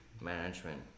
management